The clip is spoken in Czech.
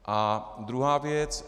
A druhá věc.